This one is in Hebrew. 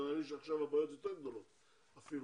אני מאמין שעכשיו הבעיות יותר גדולות אפילו.